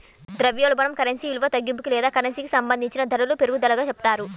ద్రవ్యోల్బణం కరెన్సీ విలువ తగ్గింపుకి లేదా కరెన్సీకి సంబంధించిన ధరల పెరుగుదలగా చెప్తారు